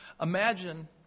imagine